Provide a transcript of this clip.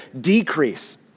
decrease